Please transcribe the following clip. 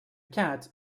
cat